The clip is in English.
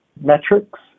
metrics